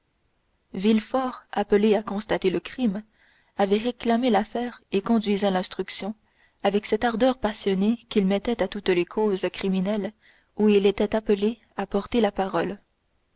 villefort appelé à constater le crime avait réclamé l'affaire et conduisait l'instruction avec cette ardeur passionnée qu'il mettait à toutes les causes criminelles où il était appelé à porter la parole